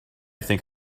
think